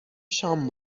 شام